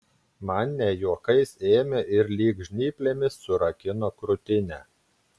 man ne juokais ėmė ir lyg žnyplėmis surakino krūtinę